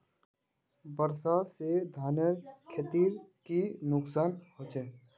वर्षा से धानेर खेतीर की नुकसान होचे?